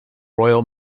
royal